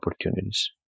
opportunities